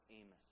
Amos